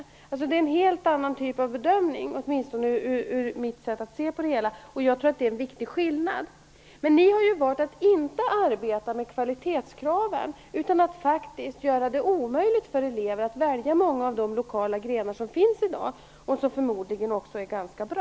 Det handlar alltså om en helt annan typ av bedömning, åtminstone enligt mitt sätt att se på det hela. Jag tror att det finns en viktig skillnad här. Socialdemokraterna har valt att inte arbeta med kvalitetskraven, utan att faktiskt göra det omöjligt för elever att välja många av de lokala grenar som finns i dag och som förmodligen också är ganska bra.